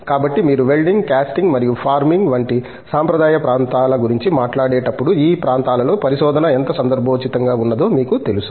కాబట్టి మీరు welding casting మరియు ఫార్మింగ్ వంటి సాంప్రదాయ ప్రాంతాల గురించి మాట్లాడేటప్పుడు ఈ ప్రాంతాలలో పరిశోధన ఎంత సందర్భోచితంగా ఉన్నదో మీకు తెలుసా